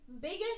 biggest